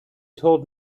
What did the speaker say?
told